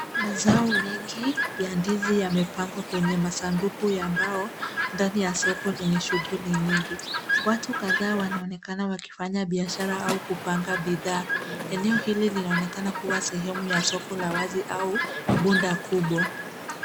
Mazao mengi ya ndizi yamepangwa kwenye masunduku ya mbao ndani ya soko lenye shguhuli nyingi. Watu kadhaa wanaonekana wakifanya biashara au kupanga bidhaa. Eneo hili linaonekana kuwa sehemu ya soko la wazi au bunda kubwa.